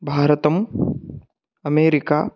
भारतम् अमेरिका